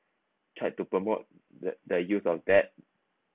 tried to promote the the use of that